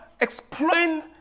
explain